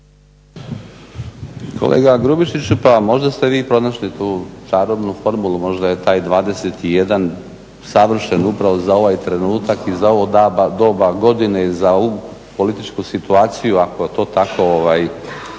Kolega Grubišiću, pa možda ste vi pronašli tu čarobnu formulu, možda je taj 21 savršen upravo za ovaj trenutak i za ovo doba godine i za ovu političku situaciju ako to tako